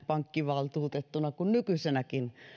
pankkivaltuutettuna kuin nykyisenäkin